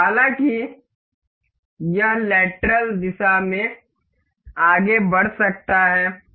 हालांकि यह लेटरल दिशा में आगे बढ़ सकता है